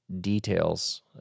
details